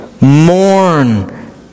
Mourn